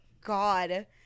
God